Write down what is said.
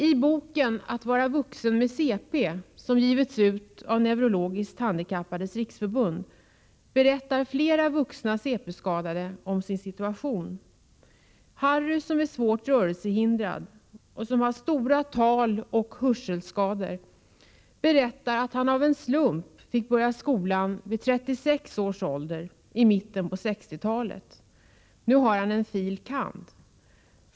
I boken Att vara vuxen med CP, som givits ut av Neurologiskt handikappades riksförbund, berättar flera vuxna cp-skadade om sin situation. Harry, som är svårt rörelsehindrad och har stora taloch hörselsvårigheter, berättar att han i mitten på 1960-talet av en slump fick börja skolan vid 36 års ålder. Nu har han en filosofie kandidat-examen.